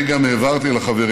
אני גם העברתי לחברים